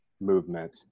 movement